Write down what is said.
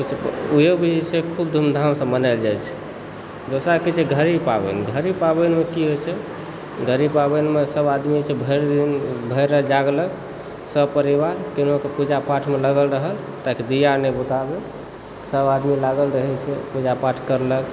ओहो भी जे छै से खुब धुमधाम से च्चक्क मनाओल जाइ छै दोसर की होइत छै घड़ी पाबनि घड़ी पाबनिमे की होइत छै घड़ी पाबनिमे सभ आदमी सब भरि दिन भरि राति सभ जागलक सभ परिवारसभ पूजा पाठमे लागल रहल ताकि दिआ नहि बुताबय सब आदमी लागल रहय छै पूजा पाठ करलक